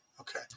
okay